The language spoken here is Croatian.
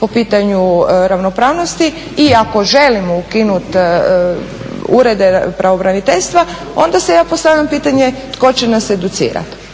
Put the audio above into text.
po pitanju ravnopravnosti i ako želimo ukinut urede pravobraniteljstva onda si ja postavljam pitanje tko će nas educirat?